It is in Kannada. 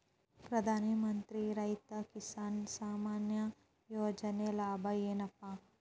ಪ್ರಧಾನಮಂತ್ರಿ ರೈತ ಕಿಸಾನ್ ಸಮ್ಮಾನ ಯೋಜನೆಯ ಲಾಭ ಏನಪಾ?